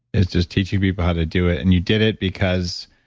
is just teaching people how to do it. and you did it because.